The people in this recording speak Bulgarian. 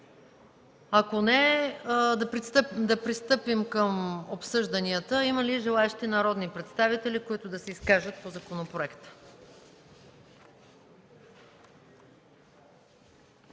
Ако не – да пристъпим към обсъжданията. Има ли желаещи народни представители, които да се изкажат по законопроектите?